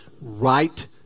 right